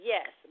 Yes